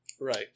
Right